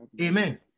Amen